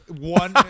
one